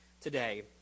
today